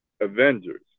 Avengers